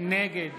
נגד